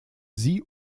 sie